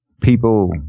people